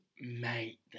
Mate